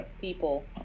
people